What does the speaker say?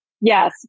yes